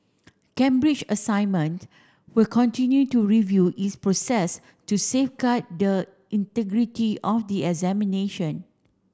Cambridge Assignment will continue to review its process to safeguard the integrity of the examination